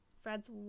Fred's